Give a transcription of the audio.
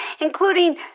including